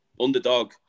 underdog